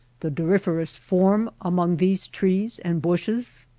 the doryphorus form, among these trees and bushes?